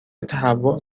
تهوع